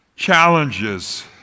challenges